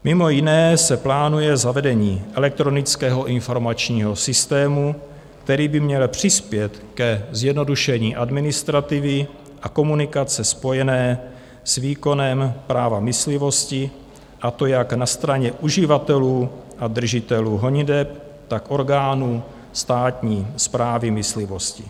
Mimo jiné se plánuje zavedení elektronického informačního systému, který by měl přispět k zjednodušení administrativy a komunikace spojené s výkonem práva myslivosti, a to jak na straně uživatelů a držitelů honiteb, tak orgánů státní správy myslivosti.